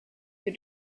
you